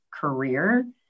career